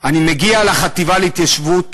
אני מגיע לחטיבה להתיישבות